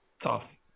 tough